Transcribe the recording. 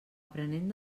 aprenent